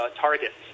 targets